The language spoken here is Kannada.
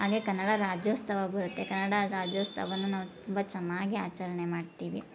ಹಾಗೇ ಕನ್ನಡ ರಾಜ್ಯೋತ್ಸವ ಬರುತ್ತೆ ಕನ್ನಡ ರಾಜ್ಯೋತ್ಸವನು ನಾವು ತುಂಬ ಚೆನ್ನಾಗಿ ಆಚರಣೆ ಮಾಡ್ತೀವಿ